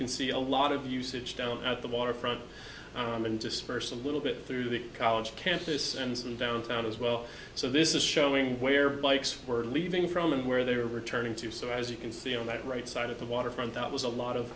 can see a lot of usage down at the waterfront and disperse a little bit through the college campus and some downtown as well so this is showing where bikes were leaving from and where they were returning to so as you can see on that right side of the waterfront that was a lot of